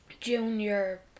Junior